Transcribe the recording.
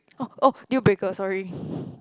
oh oh deal breaker sorry